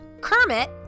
kermit